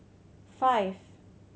five